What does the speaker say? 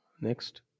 Next